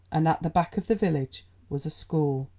and at the back of the village was a school,